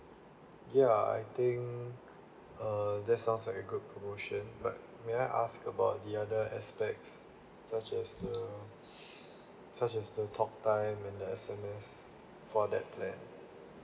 ya I think uh that sounds like a good promotion but may I ask about the other aspects such as the such as the talk time and the S_M_S for that plan